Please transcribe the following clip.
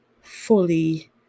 fully